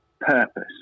purpose